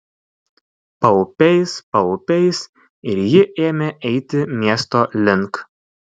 paupiais paupiais ir ji ėmė eiti miesto link